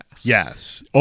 Yes